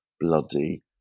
bloody